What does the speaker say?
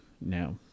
now